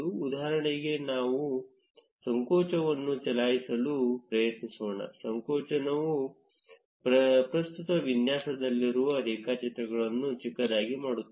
ಉದಾಹರಣೆಗೆ ನಾವು ಸಂಕೋಚನವನ್ನು ಚಲಾಯಿಸಲು ಪ್ರಯತ್ನಿಸೋಣ ಸಂಕೋಚನವು ಪ್ರಸ್ತುತ ವಿನ್ಯಾಸದಲ್ಲಿರುವ ರೇಖಾಚಿತ್ರಗಳನ್ನು ಚಿಕ್ಕದಾಗಿ ಮಾಡುತ್ತದೆ